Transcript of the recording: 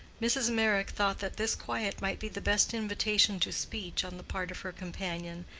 mrs. meyrick thought that this quiet might be the best invitation to speech on the part of her companion,